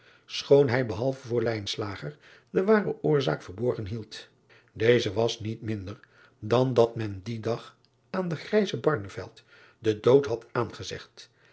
schoon hij behalve voor de ware oorzaak verborgen hield eze was niet minder dan dat men dien dag aan den grijzen den dood had aangezegd